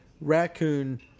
raccoon